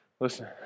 listen